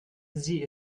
sie